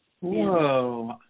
Whoa